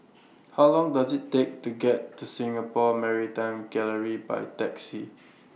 How Long Does IT Take to get to Singapore Maritime Gallery By Taxi